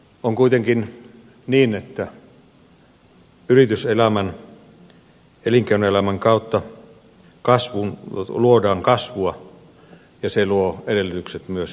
on kuitenkin niin että yrityselämän elinkeinoelämän kautta luodaan kasvua ja se luo edellytykset myös hyvinvoinnille